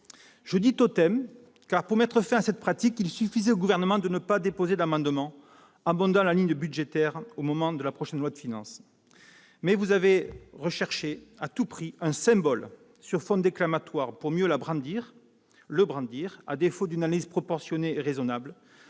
Je dis « totem », car, pour mettre fin à cette pratique, il suffisait au Gouvernement de ne pas déposer d'amendement abondant la ligne budgétaire au moment de la prochaine loi de finances. Mais vous avez recherché à tout prix, sur fond déclamatoire pour mieux le brandir, un symbole plutôt qu'une analyse proportionnée et raisonnable,